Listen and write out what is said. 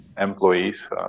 employees